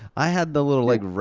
i had the little like,